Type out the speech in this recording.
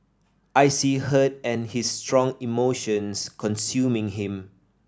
I see hurt and his strong emotions consuming him